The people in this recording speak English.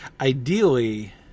ideally